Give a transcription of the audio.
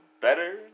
better